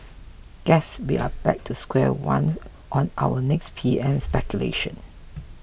guess we are back to square one on our next P M speculation